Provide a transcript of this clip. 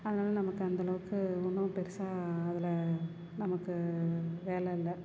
அதனால் நமக்கு அந்த அளவுக்கு ஒன்றும் பெருசாக அதில் நமக்கு வேலை இல்லை